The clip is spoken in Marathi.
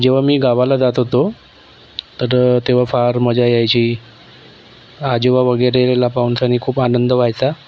जेव्हा मी गावाला जात होतो तर तेव्हा फार मजा यायची आजोबा वगैरेला पाहुणसनी खूप आनंद व्हायचा